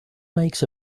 makes